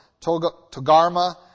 Togarma